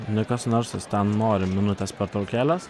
nikas narsas ten nori minutės pertraukėlės